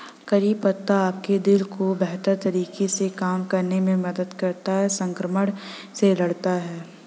करी पत्ता आपके दिल को बेहतर तरीके से काम करने में मदद करता है, संक्रमण से लड़ता है